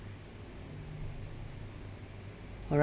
alright